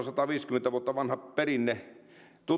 sataviisikymmentä vuotta vanha perinne